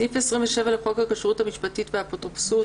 סעיף 27 לחוק הכשרות המשפטית והאפוטרופסות,